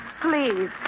Please